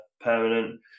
permanent